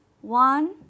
One